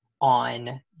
on